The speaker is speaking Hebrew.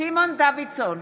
סימון דוידסון,